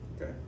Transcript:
Okay